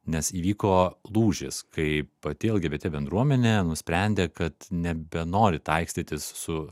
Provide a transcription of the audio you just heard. nes įvyko lūžis kai pati lgbt bendruomenė nusprendė kad nebenori taikstytis su